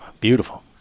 Beautiful